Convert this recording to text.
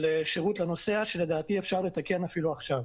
שירות לנוסע שלדעתי אפשר לתקן אפילו עכשיו.